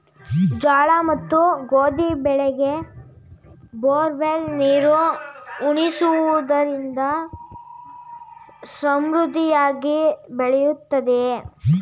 ಜೋಳ ಮತ್ತು ಗೋಧಿ ಬೆಳೆಗೆ ಬೋರ್ವೆಲ್ ನೀರು ಉಣಿಸುವುದರಿಂದ ಸಮೃದ್ಧಿಯಾಗಿ ಬೆಳೆಯುತ್ತದೆಯೇ?